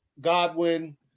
Godwin